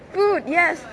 food yes